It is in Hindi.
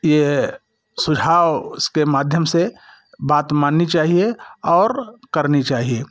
ये सुझाव उसके माध्यम से बात माननी चाहिए और करनी चाहिए